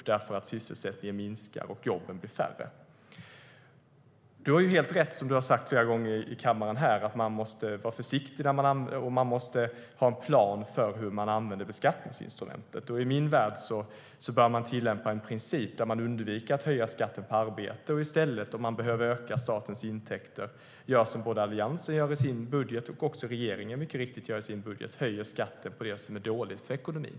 Det beror på att sysselsättningen minskar och jobben blir färre. Det är helt rätt som Magdalena Andersson har sagt flera gånger i kammaren, nämligen att man måste vara försiktig och ha en plan för hur beskattningsinstrumentet används. I min värld bör man tillämpa en princip där man undviker att höja skatten på arbete och i stället, om statens intäkter behöver öka, göra som Alliansen gör i sin budget, och mycket riktigt regeringen gör i sin budget, höja skatten på det som är dåligt i ekonomin.